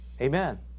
amen